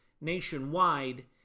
nationwide